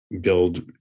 build